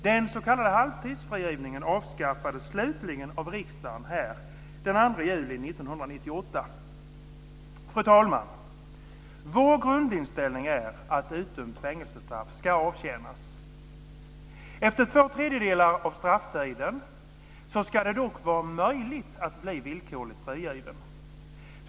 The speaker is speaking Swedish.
Den s.k. halvtidsfrigivningen avskaffades slutligen av riksdagen den 2 juni 1998. Fru talman! Vår grundinställning är att utdömt fängelsestraff ska avtjänas. Efter två tredjedelar av strafftiden ska det dock vara möjligt att bli villkorligt frigiven.